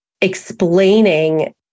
explaining